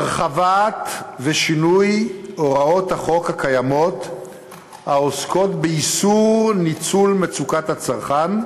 הרחבה ושינוי של הוראות החוק הקיימות העוסקות באיסור ניצול מצוקת הצרכן,